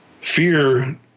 fear